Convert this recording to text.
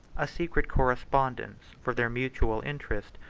a secret correspondence, for their mutual interest,